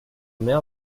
mère